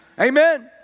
Amen